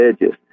edges